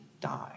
die